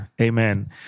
amen